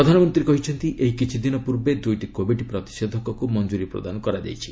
ପ୍ରଧାନମନ୍ତ୍ରୀ କହିଛନ୍ତି ଏଇ କିଛିଦିନ ପୂର୍ବେ ଦୁଇଟି କୋବିଡ୍ ପ୍ରତିଷେଧକକୁ ମଞ୍ଜୁରି ପ୍ରଦାନ କରାଯାଇଛି